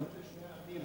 שתי מדינות לשני עמים.